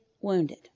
wounded